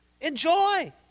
Enjoy